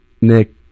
Nick